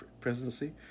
presidency